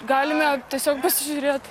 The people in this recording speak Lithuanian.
galime tiesiog pasižiūrėt